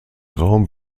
raum